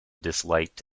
disliked